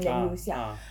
ah ah